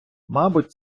мабуть